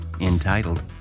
entitled